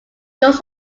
goes